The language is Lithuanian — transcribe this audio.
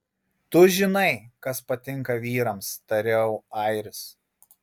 tu žinai kas patinka vyrams tariau airis